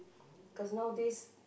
cause nowadays